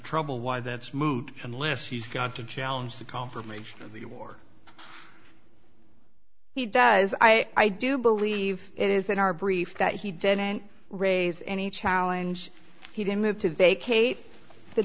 trouble why that's moot unless he's got to challenge the confirmation of the war he does i do believe it is in our brief that he didn't raise any challenge he did move to vacate the